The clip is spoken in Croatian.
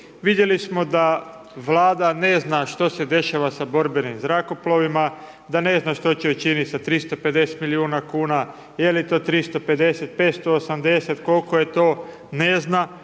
Vidjeli smo da Vlada ne zna što se dešava sa borbenim zrakoplovima, da ne zna što će učiniti sa 350 milijuna kuna, je li to 350, 580, koliko je to, ne zna,